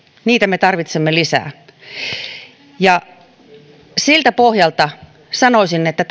niitä me tarvitsemme lisää siltä pohjalta sanoisin että